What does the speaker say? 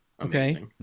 Okay